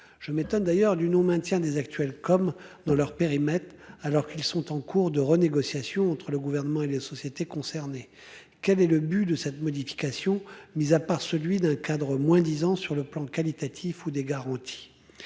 Je m'étonne d'ailleurs d'une maintien des actuels comme dans leur périmètre alors qu'ils sont en cours de renégociation entre le gouvernement et les sociétés concernées. Quel est le but de cette modification mise à part celui d'un cadre moins disant sur le plan qualitatif ou des garanties.